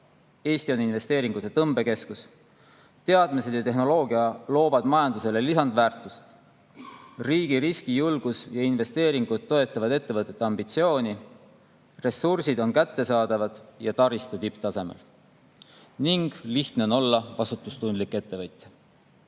Eesti on investeeringute tõmbekeskus; teadmised ja tehnoloogia loovad majandusele lisandväärtust; riigi riskijulgus ja investeeringud toetavad ettevõtete ambitsiooni; ressursid on kättesaadavad ja taristu tipptasemel; lihtne on olla vastutustundlik ettevõtja.